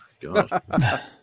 God